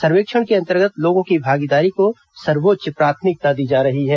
सर्वेक्षण के अंतर्गत लोगों की भागीदारी को सर्वोच्च प्राथमिकता दी जा रही है